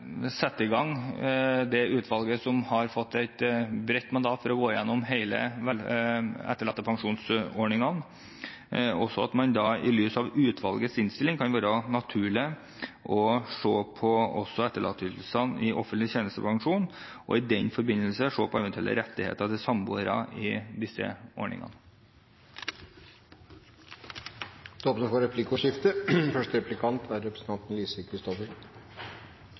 i gang, det utvalget som har fått et bredt mandat til å gå gjennom alle etterlattepensjonsordningene, og i lys av utvalgets innstilling kan det være naturlig også å se på etterlatteytelsene i offentlig tjenestepensjon, og i den forbindelse se på eventuelle rettigheter til samboere i disse ordningene. Det blir replikkordskifte. Statsråden er